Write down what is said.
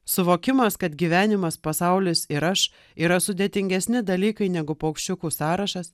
suvokimas kad gyvenimas pasaulis ir aš yra sudėtingesni dalykai negu paukščiukų sąrašas